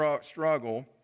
struggle